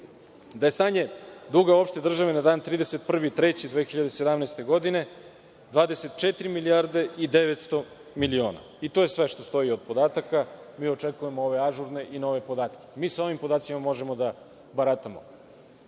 da je stanje duga uopšte države na dan 31. mart 2017. godine 24 milijarde i 900 miliona. To je sve što stoji od podataka. Mi očekujemo ove ažurne i nove podatke. Mi sa ovim podacima možemo da baratamo.